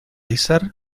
izar